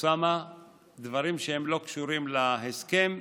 דברים שלא קשורים להסכם.